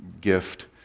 gift